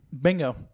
Bingo